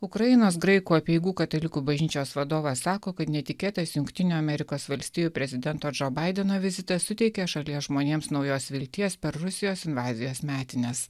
ukrainos graikų apeigų katalikų bažnyčios vadovas sako kad netikėtas jungtinių amerikos valstijų prezidento džo baideno vizitas suteikė šalies žmonėms naujos vilties per rusijos invazijos metines